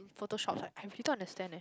photo shops like I didn't understand it